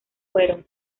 fueron